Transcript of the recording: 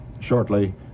shortly